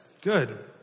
Good